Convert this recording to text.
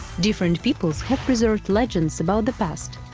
different peoples have preserved legends about the past,